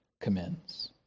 commends